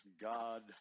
God